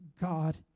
God